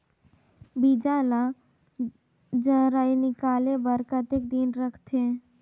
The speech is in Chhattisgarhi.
बीजा ला जराई निकाले बार कतेक दिन रखथे?